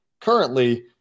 currently